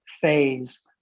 phase